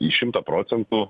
į šimtą procentų